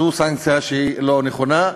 זו סנקציה שהיא לא נכונה.